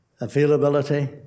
availability